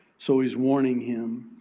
so he's warning him,